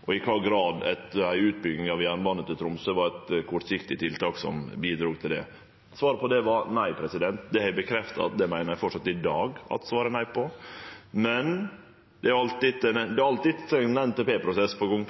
og i kva grad ei utbygging av jernbanen til Tromsø var ei kortsiktig løysing på den. Svaret på det var nei. Det har eg bekrefta at det meiner eg framleis i dag at svaret er nei på. Det er alltid ein NTP-prosess på gang.